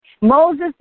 Moses